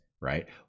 right